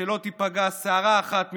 ושלא תיפגע שערה אחת מראשכם.